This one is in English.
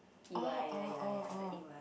oh oh oh oh